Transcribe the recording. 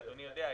אדוני יודע,